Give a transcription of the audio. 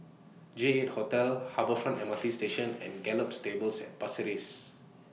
J Hotel Harbour Front M R T Station and Gallop Stables At Pasir Ris